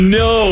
no